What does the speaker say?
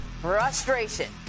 Frustration